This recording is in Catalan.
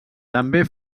també